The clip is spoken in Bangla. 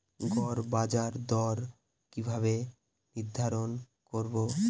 গড় বাজার দর কিভাবে নির্ধারণ করব?